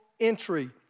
entry